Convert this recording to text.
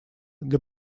для